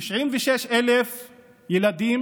96,000 ילדים